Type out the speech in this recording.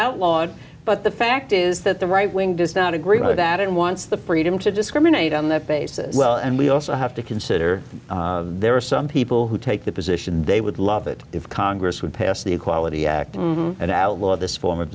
outlawed but the fact is that the right wing does not agree with that and wants the freedom to discriminate on that basis well and we also have to consider there are some people who take the position they would love it if congress would pass the equality act and outlaw this form of